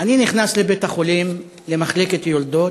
אני נכנס לבית-החולים, למחלקת יולדות,